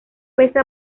pesa